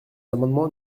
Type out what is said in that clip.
amendements